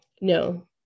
No